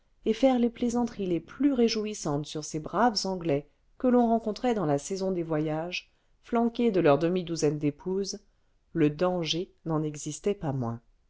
et faire les plaisanteries les plus réjouissantes sur ces braves anglais que l'on rencontrait dans la saison des voyages flanqués de leur demi-douzaine d'épouses le danger n'en existait pas moins